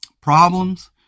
problems